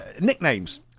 nicknames